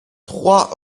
trois